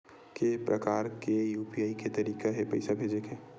के प्रकार के यू.पी.आई के तरीका हे पईसा भेजे के?